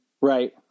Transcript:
right